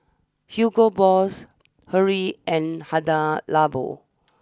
Hugo Boss Hurley and Hada Labo